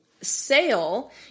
sale